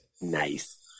Nice